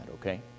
okay